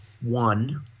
one